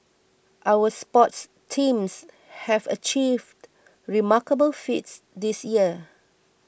our sports teams have achieved remarkable feats this year